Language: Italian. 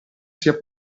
sia